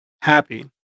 happy